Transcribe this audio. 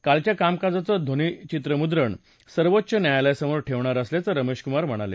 कालच्या कामकाजाचं ध्वनीचित्रमुद्रण सर्वोच्च न्यायालयासमोर ठेवणार असल्याचं रमेशकुमार म्हणाले